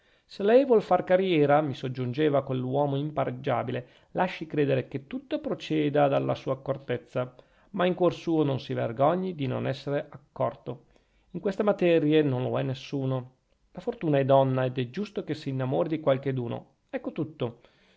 se lei vuol far carriera mi soggiungeva quell'uomo impareggiabile lasci credere che tutto proceda dalla sua accortezza ma in cuor suo non si vergogni di non essere accorto in queste materie non lo è nessuno la fortuna è donna ed è giusto che s'innamori di qualcheduno ecco tutto